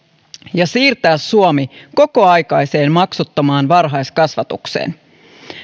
ja siirtää suomi kokoaikaiseen maksuttomaan varhaiskasvatukseen